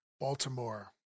Baltimore